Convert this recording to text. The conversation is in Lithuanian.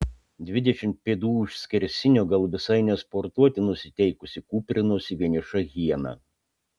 dvidešimt pėdų už skersinio gal visai ne sportuoti nusiteikusi kūprinosi vieniša hiena